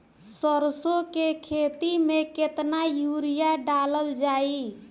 सरसों के खेती में केतना यूरिया डालल जाई?